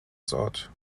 sought